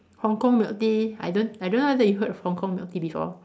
Hong-Kong milk tea I don't I don't know whether you heard of Hong-Kong milk tea before